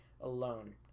alone